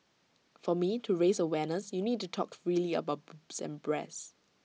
for me to raise awareness you need to talk freely about boobs and breasts